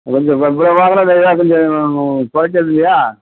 இந்த இவ் இவ்வளோ வாங்கினா கொஞ்சம் குறைகிறது இல்லையா